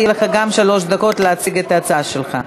יהיו גם לך שלוש דקות להציג את ההצעה שלך.